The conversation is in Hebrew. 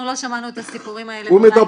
אנחנו לא שמענו את הסיפורים האלה --- הוא אומר